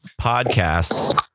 podcasts